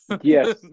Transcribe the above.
yes